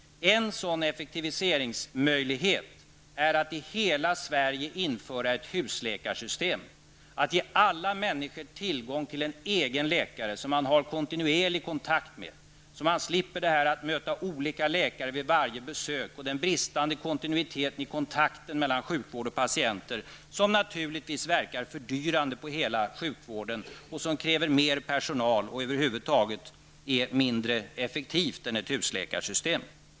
En sådan effektiviseringsmöjlighet är att i hela Sverige införa ett husläkarsystem, att ge alla människor tillgång till en egen läkare, som man har kontinuerlig kontakt med. Då slipper man att möta olika läkare vid varje besök, och då slipper vi det system med brist på kontinuitet i kontakten mellan sjukvården och patienten som naturligtvis verkar fördyrande på hela sjukvården och kräver mer personal och över huvud taget är mindre effektivt än ett husläkarsystem.